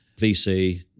VC